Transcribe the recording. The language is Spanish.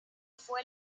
fue